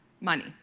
money